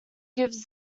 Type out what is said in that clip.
gives